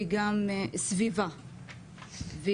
סביבה,